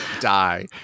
die